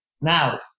Now